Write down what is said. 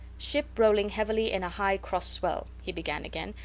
ship rolling heavily in a high cross swell, he began again,